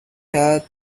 help